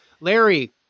Larry